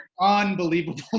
unbelievable